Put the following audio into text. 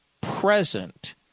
present